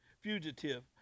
fugitive